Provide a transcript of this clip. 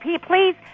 please